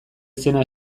izena